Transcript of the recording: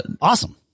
Awesome